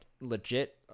legit